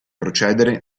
procedere